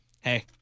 hey